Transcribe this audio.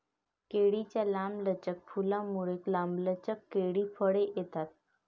केळीच्या लांब, पिवळी फुलांमुळे, लांबलचक केळी फळे येतात